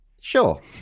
Sure